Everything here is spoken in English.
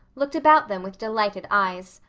looked about them with delighted eyes.